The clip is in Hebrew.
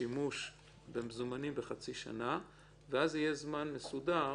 הצמצום בשימוש במזומנים בחצי שנה ואז יהיה זמן מסודר